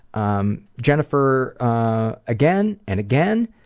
um jennifer ah again, and again,